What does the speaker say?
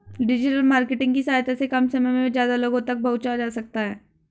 digital marketing की सहायता से कम समय में ज्यादा लोगो तक पंहुचा जा सकता है